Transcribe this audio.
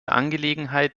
angelegenheit